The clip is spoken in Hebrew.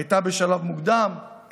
הייתה בשלב מוקדם,